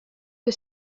que